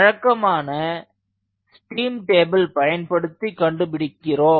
வழக்கமாக steam table பயன்படுத்தி கண்டுபிடிக்கிறோம்